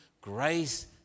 grace